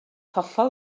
hollol